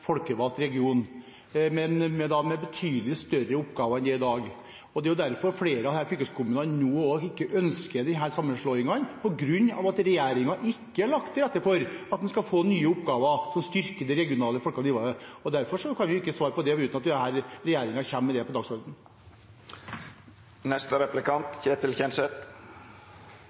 folkevalgt region, men med betydelig større oppgaver enn det er i dag. Det er derfor flere av fylkeskommunene ikke ønsker disse sammenslåingene, fordi regjeringen ikke har lagt til rette for at en skal få nye oppgaver som styrker de regionale folkevalgte nivåene. Derfor kan vi ikke svare på det uten at regjeringen kommer med det på